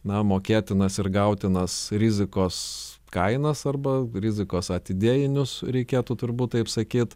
na mokėtinas ir gautinas rizikos kainas arba rizikos atidėjinius reikėtų turbūt taip sakyt